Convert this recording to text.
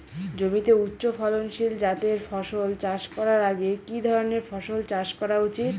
জমিতে উচ্চফলনশীল জাতের ফসল চাষ করার আগে কি ধরণের ফসল চাষ করা উচিৎ?